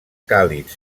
càlids